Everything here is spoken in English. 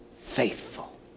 faithful